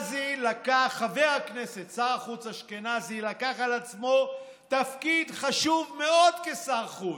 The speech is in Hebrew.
חבר הכנסת שר החוץ אשכנזי לקח על עצמו תפקיד חשוב מאוד כשר חוץ: